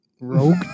Rogue